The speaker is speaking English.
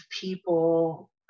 people